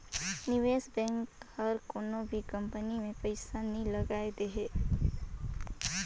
निवेस बेंक हर कोनो भी कंपनी में पइसा नी लगाए देहे